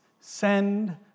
send